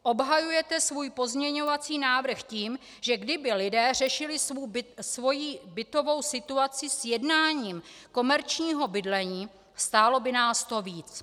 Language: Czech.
Obhajujete svůj pozměňovací návrh tím, že kdyby lidé řešili svoji bytovou situaci sjednáním komerčního bydlení, stálo by nás to víc.